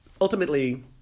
Ultimately